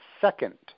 Second